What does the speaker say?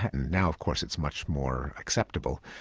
and now of course it's much more acceptable,